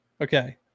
okay